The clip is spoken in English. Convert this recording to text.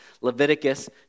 Leviticus